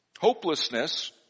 Hopelessness